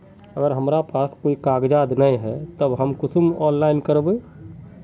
अगर हमरा पास कोई कागजात नय है तब हम कुंसम ऑनलाइन करबे?